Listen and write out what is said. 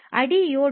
IDEO